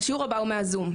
השיעור הבא הוא מהזום.